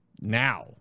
now